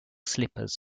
slippers